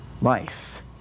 life